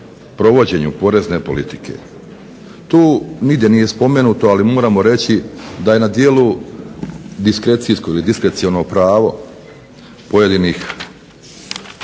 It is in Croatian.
provođenju porezne politike. Tu nigdje nije spomenuto ali moramo reći da je na djelu diskreciono pravo pojedinih